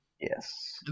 Yes